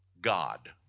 God